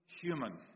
human